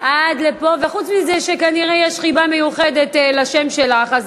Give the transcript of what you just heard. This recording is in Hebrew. עד לפה, וחוץ מזה שכנראה יש חיבה מיוחדת לשם שלך.